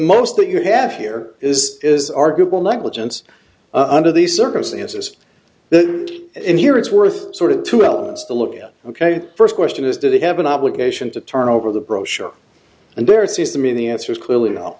most that you have here is is arguable negligence under these circumstances the in here it's worth sort of two elements to look at ok first question is do they have an obligation to turn over the brochure and there seems to me the answer is clearly no